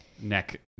neck